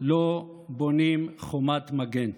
לא בונים חומת מגן.